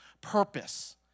purpose